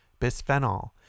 bisphenol